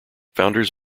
founders